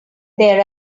there